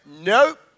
Nope